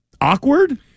awkward